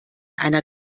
einer